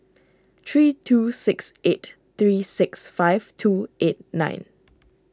three two six eight three six five two eight nine